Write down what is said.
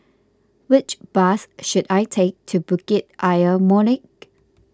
which bus should I take to Bukit Ayer Molek